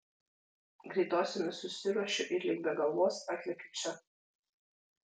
greitosiomis susiruošiu ir lyg be galvos atlekiu čia